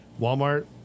Walmart